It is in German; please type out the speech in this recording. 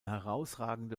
herausragende